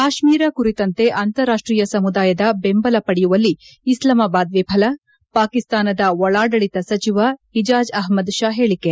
ಕಾಶ್ಮೀರ ಕುರಿತಂತೆ ಅಂತಾರಾಷ್ಟೀಯ ಸಮುದಾಯದ ಬೆಂಬಲ ಪಡೆಯುವಲ್ಲಿ ಇಸ್ಲಾಮಾಬಾದ್ ವಿಫಲ ಪಾಕಿಸ್ತಾನದ ಒಳಾಡಳಿತ ಸಚಿವ ಇಜಾಜ್ ಅಹ್ನದ್ ಷಾ ಹೇಳಿಕೆ